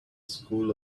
school